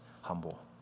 humble